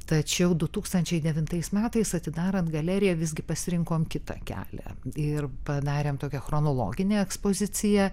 tačiau du tūkstančiai devintais metais atidarant galeriją visgi pasirinkom kitą kelią ir padarėm tokią chronologinę ekspoziciją